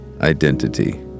identity